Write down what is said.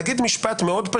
(חברת הכנסת נעמה לזימי יוצאת מאולם הוועדה)